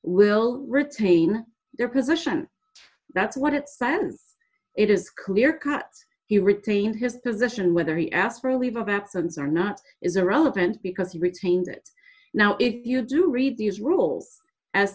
will retain their position that's what it spends it is clear cut he retained his position whether he asked for a leave of absence or not is irrelevant because he retained it now if you do read these rules as